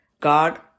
God